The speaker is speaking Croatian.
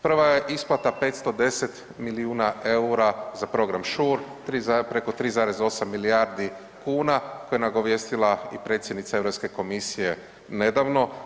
Prva je isplata 510 milijuna EUR-a za Program Shore, preko 3,8 milijardi kuna koje je nagovijestila i predsjednica Europske komisije nedavno.